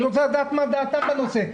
אני רוצה לדעת מה דעתם בנושא,